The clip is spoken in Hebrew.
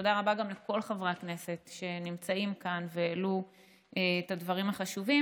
תודה רבה גם לכל חברי הכנסת שנמצאים כאן והעלו את הדברים החשובים.